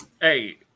Hey